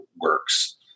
works